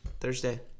Thursday